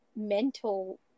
mental